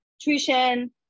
tuition